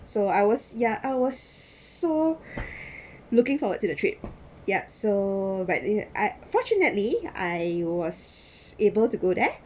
so I was ya I was so looking forward to the trip ya so but ya I fortunately I was able to go there